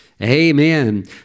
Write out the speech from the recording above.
Amen